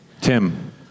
Tim